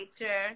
nature